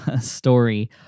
story